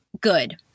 good